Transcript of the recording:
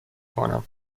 کنم